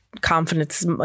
confidence